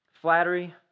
Flattery